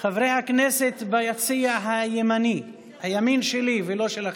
חברי הכנסת ביציע הימני, הימין שלי ולא שלכם,